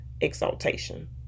exaltation